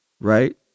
right